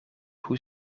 hoe